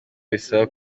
bisaba